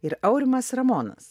ir aurimas ramonas